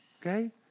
okay